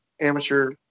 amateur